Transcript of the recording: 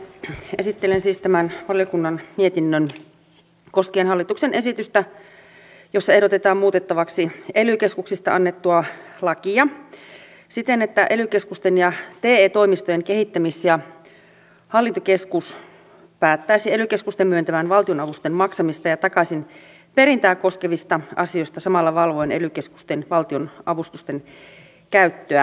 esittelen siis tämän valiokunnan mietinnön koskien hallituksen esitystä jossa ehdotetaan muutettavaksi ely keskuksista annettua lakia siten että ely keskusten ja te toimistojen kehittämis ja hallintokeskus päättäisi ely keskusten myöntämän valtionavustuksen maksamista ja takaisinperintää koskevista asioista samalla valvoen ely keskusten lisäksi valtionavustusten käyttöä